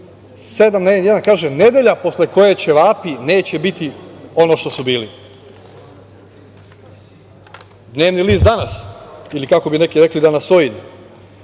N1, kaže – nedelja posle koje ćevapi neće biti ono što su bili. Dnevni list „Danas“ ili kako bi neki rekli „danasoid“,